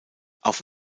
auf